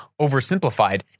oversimplified